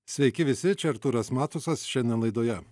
sveiki visi čia artūras matusas šiandien laidoje